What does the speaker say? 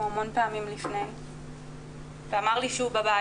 הרבה פעמים לפני ואמר לי שהוא בבית,